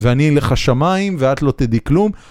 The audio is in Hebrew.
ואני לך שמיים ואת לא תדעי כלום.